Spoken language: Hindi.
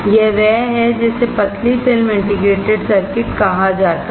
यह वह है जिसे पतली फिल्म इंटीग्रेटेड सर्किट कहा जाता है